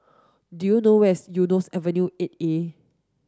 do you know where is Eunos Avenue eight A